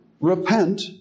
repent